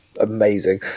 amazing